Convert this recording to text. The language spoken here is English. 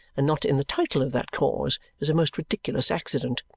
and not in the title of that cause, is a most ridiculous accident.